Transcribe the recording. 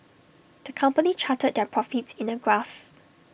the company charted their profits in A graph